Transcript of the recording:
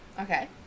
okay